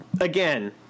Again